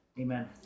Amen